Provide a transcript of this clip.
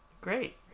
great